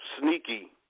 sneaky